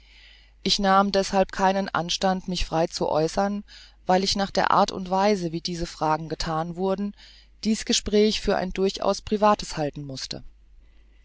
ich nahm deßhalb keinen anstand mich frei zu äußeren weil ich nach der art und weise wie diese fragen gethan wurden dies gespräch für ein durchaus privates halten mußte